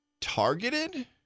targeted